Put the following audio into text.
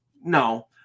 No